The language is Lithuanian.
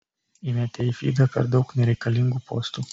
įmetė į fydą per daug nereikalingų postų